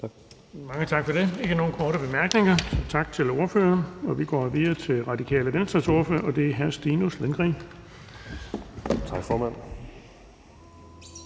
Mange tak for det. Der er ikke nogen korte bemærkninger. Tak til ordføreren. Vi går videre til Radikale Venstres ordfører, og det er hr. Stinus Lindgreen.